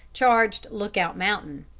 charged lookout mountain.